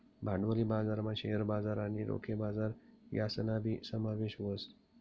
भांडवली बजारमा शेअर बजार आणि रोखे बजार यासनाबी समावेश व्हस